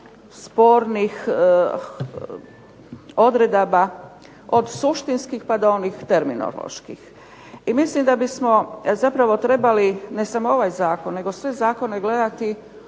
spornih odredaba od suštinskih, pa do onih terminoloških. I mislim da bismo zapravo trebali, ne samo ovaj zakon, nego sve zakone gledati